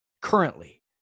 currently